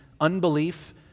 unbelief